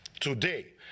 Today